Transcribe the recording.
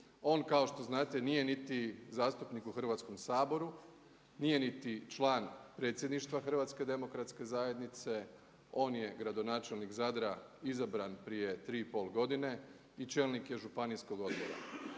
on kako što znate nije niti zastupnik u Hrvatskom saboru, nije niti član predsjedništva HDZ-a on je gradonačelnik Zadra izabran prije 3,5 godine i čelnik je županijskog odbora.